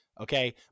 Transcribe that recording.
okay